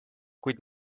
kuid